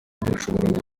dushobora